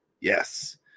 Yes